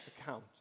account